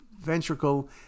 ventricle